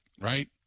right